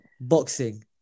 boxing